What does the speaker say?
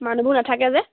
মানুহবোৰ নাথাকে যে